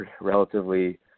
relatively